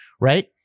right